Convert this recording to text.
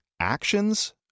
actions